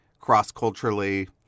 cross-culturally